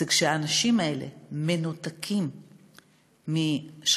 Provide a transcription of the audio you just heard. זה כשהאנשים האלה מנותקים משכנים,